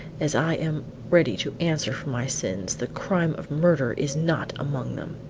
as i am ready to answer for my sins, the crime of murder is not among them.